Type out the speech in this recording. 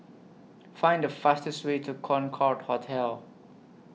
Find The fastest Way to Concorde Hotel